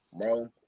Bro